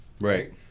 Right